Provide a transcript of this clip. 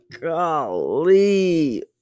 golly